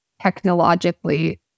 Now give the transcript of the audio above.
technologically